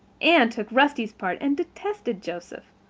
anne took rusty's part and detested joseph.